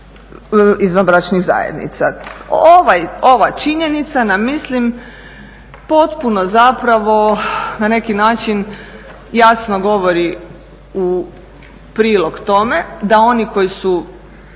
izvanbračnih zajednica. Ova činjenica mislim potpuno zapravo na neki način jasno govori u prilog tome da oni koji su